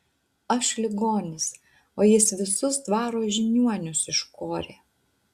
aš ligonis o jis visus dvaro žiniuonius iškorė